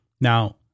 Now